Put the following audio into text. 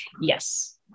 Yes